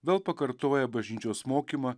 vėl pakartoja bažnyčios mokymą